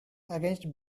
against